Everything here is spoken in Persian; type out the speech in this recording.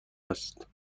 است